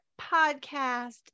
podcast